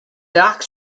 arcs